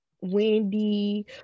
Wendy